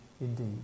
indeed